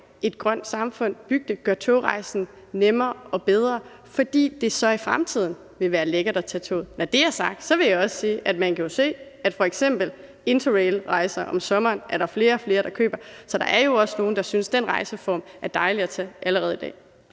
et grønt samfund og gøre togrejsen nemmere og bedre, fordi det så i fremtiden vil være lækkert at tage toget. Når det er sagt, vil jeg også sige, at man jo kan se, at f.eks. interrailrejser om sommeren er der flere og flere der køber. Så der er jo også nogle, der synes, at den rejseform er dejlig, allerede i dag.